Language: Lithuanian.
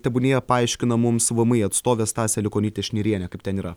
tebūnie paaiškina mums vmi atstovė stasė aliukonytė šnirienė kaip ten yra